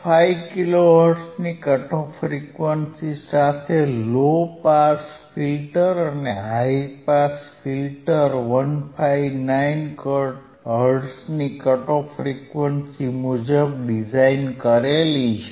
5 kilo હર્ટ્ઝની cut off frequency સાથે low pass filter અને હાઇ પાસ ફિલ્ટર 159 હર્ટ્ઝની કટ ઓફ ફ્રીક્વન્સી મુજબ ડિઝાઇન કરેલ છે